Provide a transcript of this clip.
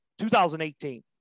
2018